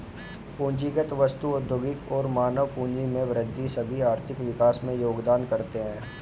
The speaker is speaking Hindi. पूंजीगत वस्तु, प्रौद्योगिकी और मानव पूंजी में वृद्धि सभी आर्थिक विकास में योगदान करते है